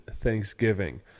Thanksgiving